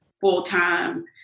full-time